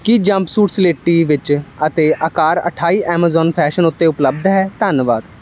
ਕੀ jumpsuit ਸਲੇਟੀ ਵਿੱਚ ਅਤੇ ਅਕਾਰ ਅਠਾਈ ਐਮਾਜ਼ਾਨ ਫੈਸ਼ਨ ਉੱਤੇ ਉਪਲੱਬਧ ਹੈ ਧੰਨਵਾਦ